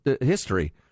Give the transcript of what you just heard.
history